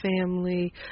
family